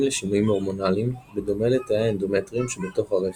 לשינויים הורמונליים בדומה לתאי האנדומטריום שבתוך הרחם,